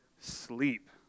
sleep